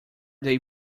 they